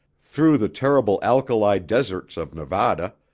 through the terrible alkali deserts of nevada,